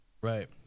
right